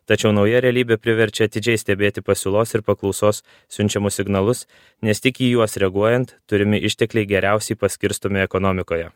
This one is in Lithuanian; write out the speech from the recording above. tačiau nauja realybė priverčia atidžiai stebėti pasiūlos ir paklausos siunčiamus signalus nes tik į juos reaguojant turimi ištekliai geriausiai paskirstomi ekonomikoje